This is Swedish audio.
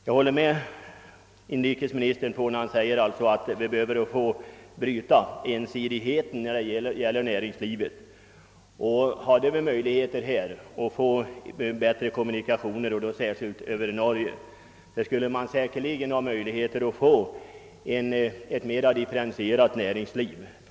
Jag håller med inrikesministern om att vi behöver bryta ensidigheten när det gäller näringslivet. Om det funnes bättre kommunikationer, särskilt över Norge, skulle det säkerligen finnas möjligheter att få ett mer differentierat näringsliv.